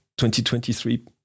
2023